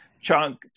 chunk